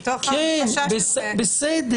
מתוך החשש --- אי-אפשר לבסס את